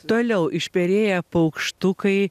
toliau išperėję paukštukai